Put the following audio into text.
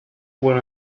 when